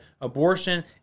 Abortion